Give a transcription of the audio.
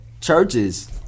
churches